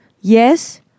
yes